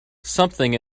something